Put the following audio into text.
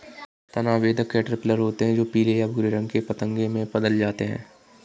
तना बेधक कैटरपिलर होते हैं जो पीले या भूरे रंग के पतंगे में बदल जाते हैं